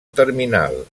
terminal